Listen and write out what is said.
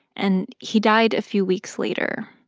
and he died a few weeks later.